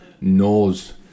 knows